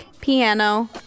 piano